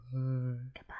Goodbye